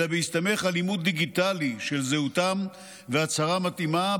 אלא בהסתמך על אימות דיגיטלי של זהותם והצהרה מתאימה,